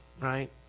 right